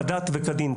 כדת וכדין.